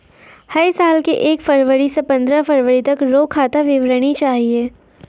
है साल के एक फरवरी से पंद्रह फरवरी तक रो खाता विवरणी चाहियो